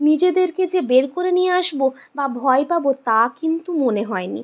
নিজেদেরকে যে বের করে নিয়ে আসবো বা ভয় পাবো তা কিন্তু মনে হয় নি